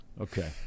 Okay